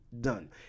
done